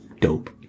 dope